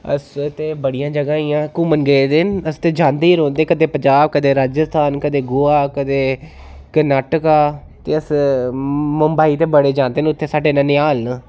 अस ते बड़ियें जगह इ'यां घूमन गेदे न अस ते जांदे ई रौंह्दे कदें पंजाब कदें राजस्थान कदें गोवा कदें कर्नाटका ते अस मुम्बई ते बड़े जांदे न उत्थे साढ़े ननिहाल न